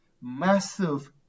massive